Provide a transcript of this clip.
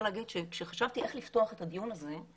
להגיד שכשחשבתי איך לפתוח את הדיון הזה,